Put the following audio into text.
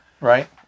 Right